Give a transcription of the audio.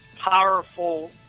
powerful